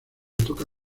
toca